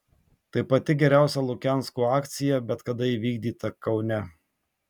tai pati geriausia lukianskų akcija bet kada įvykdyta kaune